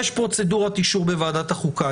יש פרוצדורת אישור בוועדת החוקה.